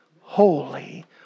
holy